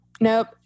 Nope